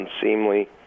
unseemly